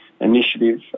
initiative